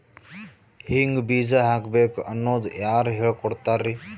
ಹಿಂಗ್ ಬೀಜ ಹಾಕ್ಬೇಕು ಅನ್ನೋದು ಯಾರ್ ಹೇಳ್ಕೊಡ್ತಾರಿ?